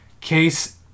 case